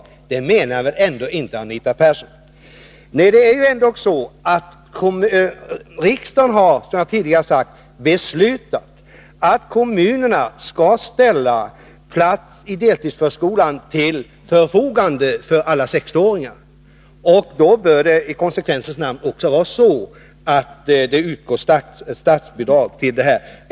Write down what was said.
Det menar väl ändå inte Anita Persson? Riksdagen har, som jag sade tidigare, beslutat att kommunerna skall ställa plats till förfogande i deltidsförskolan för alla sexåringar. Då bör det i konsekvensens namn också utgå statsbidrag till dessa skolor.